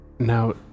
Now